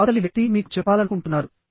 అవతలి వ్యక్తి మీకు చెప్పాలనుకుంటున్నారు